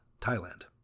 Thailand